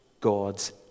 God's